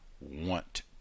want